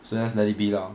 so just let it be lor